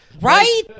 Right